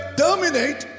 terminate